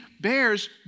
bears